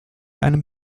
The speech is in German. einem